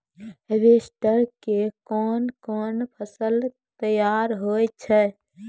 Harvester के कोन कोन फसल तैयार होय छै?